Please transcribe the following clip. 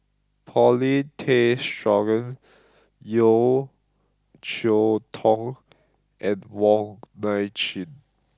Paulin Tay Straughan Yeo Cheow Tong and Wong Nai Chin